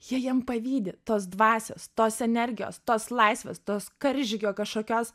jie jiem pavydi tos dvasios tos energijos tos laisvės tos karžygio kažkokios